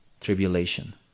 tribulation